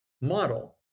model